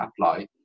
apply